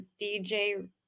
dj